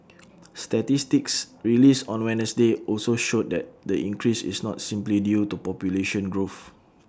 statistics released on Wednesday also showed that the increase is not simply due to population growth